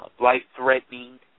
life-threatening